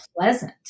pleasant